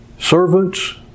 Servants